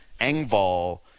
Engval